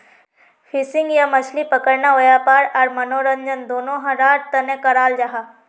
fishing या मछली पकड़ना वयापार आर मनोरंजन दनोहरार तने कराल जाहा